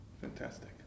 Fantastic